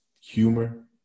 humor